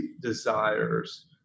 desires